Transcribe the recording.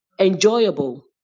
enjoyable